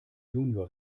junior